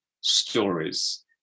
stories